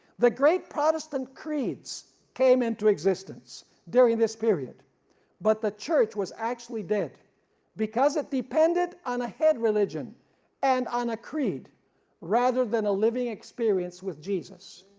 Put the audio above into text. the great protestant creeds came into existence during this period but the church was actually dead because it depended on a head religion and on a creed rather than a living experience with jesus.